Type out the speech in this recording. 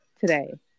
today